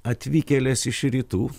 atvykėlės iš rytų